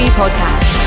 podcast